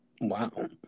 Wow